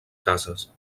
cases